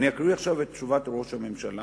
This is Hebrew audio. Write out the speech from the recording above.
אני אקריא עכשיו את תשובת ראש הממשלה,